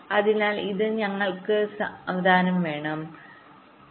അതിനാൽ ഇത് ഞങ്ങൾ സാവധാനം കാണും